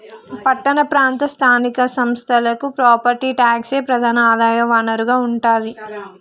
పట్టణ ప్రాంత స్థానిక సంస్థలకి ప్రాపర్టీ ట్యాక్సే ప్రధాన ఆదాయ వనరుగా ఉంటాది